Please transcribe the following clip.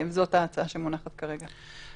וזאת ההצעה שמונחת כרגע.